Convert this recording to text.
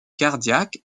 cardiaque